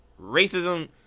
Racism